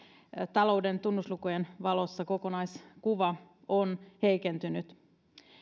talouden tunnuslukujen valossa kokonaiskuva on heikentynyt